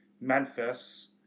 Memphis